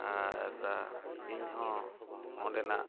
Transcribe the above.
ᱟᱨ ᱤᱧᱦᱚᱸ ᱚᱸᱰᱮᱱᱟᱜ